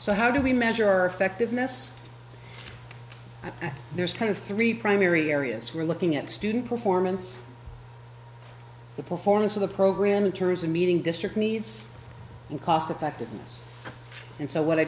so how do we measure our effectiveness and there's kind of three primary areas we're looking at student performance the performance of the program in terms of meeting district needs and cost effectiveness and so what i